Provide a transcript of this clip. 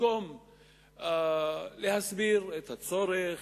במקום להסביר את הצורך,